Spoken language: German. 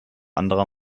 anderer